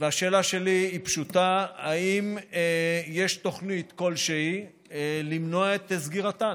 השאלה שלי היא פשוטה: האם יש תוכנית כלשהי למנוע את סגירתן?